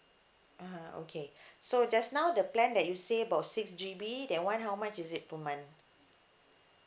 (uh huh) okay so just now the plan that you say about six G_B that one how much is it per month